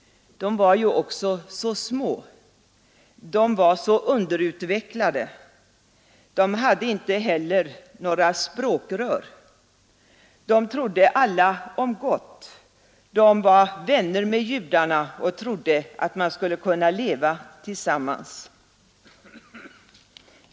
De var ju också så små, de var så underutvecklade. De hade inte heller några språkrör. De trodde alla om gott. De var vänner med judarna och trodde att man skulle kunna leva tillsammans.